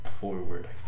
forward